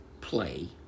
play